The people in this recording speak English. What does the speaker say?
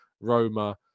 Roma